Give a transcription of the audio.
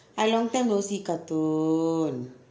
I long time no see cartoon